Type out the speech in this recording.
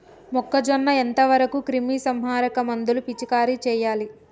మొక్కజొన్న ఎంత వరకు క్రిమిసంహారక మందులు పిచికారీ చేయాలి?